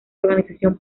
organización